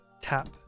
tap